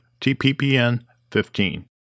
TPPN15